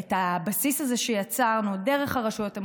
את הבסיס הזה שיצרנו, דרך הרשויות המקומיות,